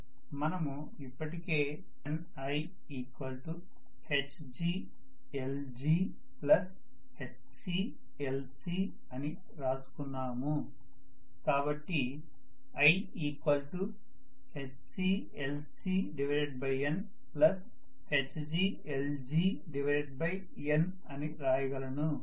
మనము ఇప్పటికే NiHglgHclcఅని రాసుకున్నాము కాబట్టి iHclcNHglgN అని రాయగలను